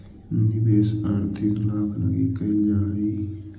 निवेश आर्थिक लाभ लगी कैल जा हई